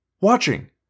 watching